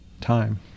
time